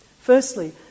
Firstly